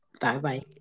Bye-bye